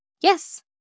Yes